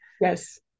Yes